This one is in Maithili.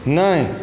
नहि